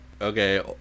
Okay